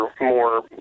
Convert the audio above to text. more